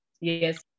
Yes